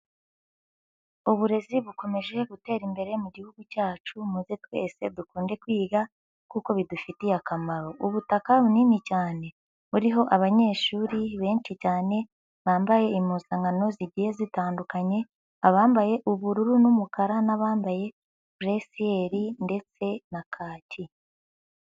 Uburezi bukomeje gutera imbere mu gihugu cyacu muze twese dukunde kwiga kuko bidufitiye akamaro. Ubutaka bunini cyane buriho abanyeshuri benshi cyane bambaye impuzankano zigiye zitandukanye, abambaye ubururu n'umukara, n'abambaye buresiyeri ndetse na kaki.